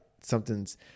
something's